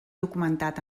documentat